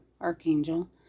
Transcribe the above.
archangel